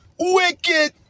wicked